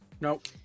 Nope